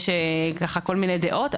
יש ככה כל מיני דעות,